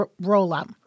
roll-up